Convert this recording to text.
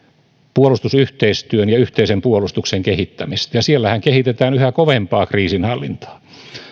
puolustusyhteistyön ja yhteisen puolustuksen kehittämistä ja siellähän kehitetään yhä kovempaa kriisinhallintaa